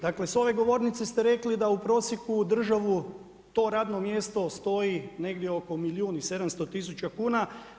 Dakle, sa ove govornice ste rekli da u prosjeku državu to radno mjesto stoji negdje oko milijun i 700 tisuća kuna.